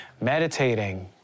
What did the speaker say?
meditating